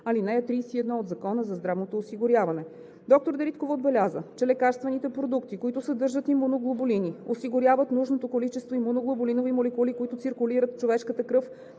ал. 31 от Закона за здравното осигуряване. Доктор Дариткова отбеляза, че лекарствените продукти, които съдържат имуноглобулини, осигуряват нужното количество имуноглобулинови молекули, които циркулират в човешката кръв